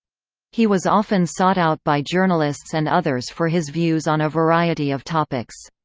he was often sought out by journalists and others for his views on a variety of topics.